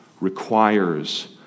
requires